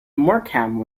morecambe